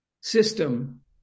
system